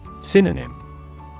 Synonym